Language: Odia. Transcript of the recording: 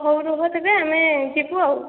ହଉ ରୁହ ତେବେ ଆମେ ଯିବୁ ଆଉ